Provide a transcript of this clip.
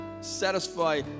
satisfy